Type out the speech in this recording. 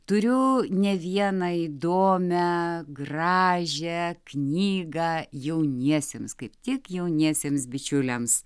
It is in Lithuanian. turiu ne vieną įdomią gražią knygą jauniesiems kaip tiek jauniesiems bičiuliams